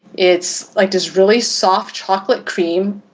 it's like this really soft chocolate cream,